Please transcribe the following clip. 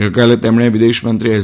ગઇકાલે તેમણે વિદેશમંત્રી એસ